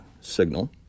signal